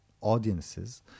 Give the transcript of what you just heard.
audiences